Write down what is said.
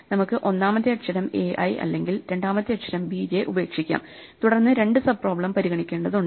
നമുക്ക് ഒന്നാമത്തെ അക്ഷരം ai അല്ലെങ്കിൽ രണ്ടാമത്തെ അക്ഷരം bj ഉപേക്ഷിക്കാം തുടർന്ന് രണ്ട് സബ് പ്രോബ്ലം പരിഗണിക്കേണ്ടതുണ്ട്